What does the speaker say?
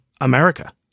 America